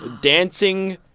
dancing